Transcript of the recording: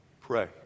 Pray